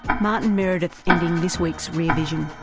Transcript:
martin meredith, ending this week's rear vision.